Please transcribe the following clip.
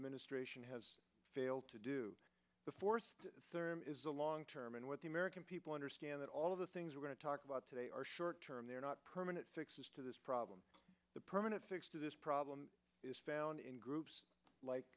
administration has failed to do before there is a long term in what the american people understand that all of the things are going to talk about today are short term they're not permanent fixes to this problem the permanent fix to this problem is found in groups like